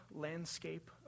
landscape